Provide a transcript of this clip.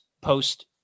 post